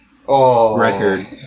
record